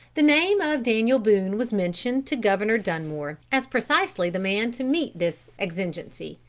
the name of daniel boone was mentioned to governor dunmore as precisely the man to meet this exigency.